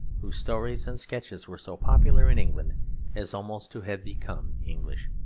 whose stories and sketches were so popular in england as almost to have become english.